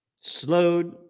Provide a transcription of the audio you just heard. slowed